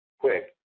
quick